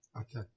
Okay